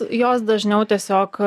jos dažniau tiesiog